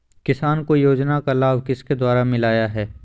किसान को योजना का लाभ किसके द्वारा मिलाया है?